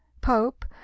Pope